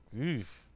oof